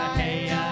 hey